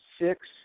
six